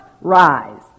rise